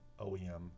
OEM